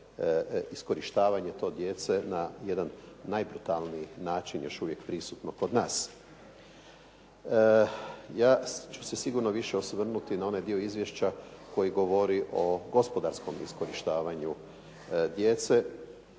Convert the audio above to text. iskorištavanje to djece na jedan najbrutalniji način još uvijek prisutno kod nas. Ja ću se sigurno više osvrnuti na onaj dio izvješća koji govori o gospodarskom iskorištavanju djece